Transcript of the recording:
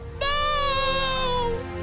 No